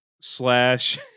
slash